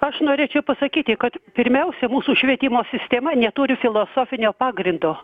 aš norėčiau pasakyti kad pirmiausia mūsų švietimo sistema neturi filosofinio pagrindo